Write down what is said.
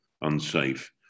unsafe